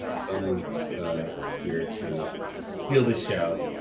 so um here to steal the show,